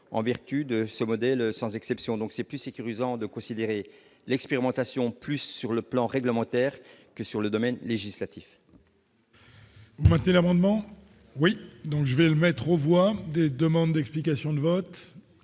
en vertu de ce modèle, sans exception, donc c'est plus sécurisant de considérer l'expérimentation plus sur le plan réglementaire que sur le domaine législatif. Mattel, l'amendement oui, donc je vais le mettre aux voix des demandes d'explications de vote,